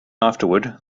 afterward